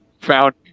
Found